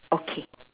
okay